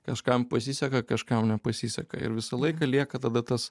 kažkam pasiseka kažkam nepasiseka ir visą laiką lieka tada tas